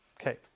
Okay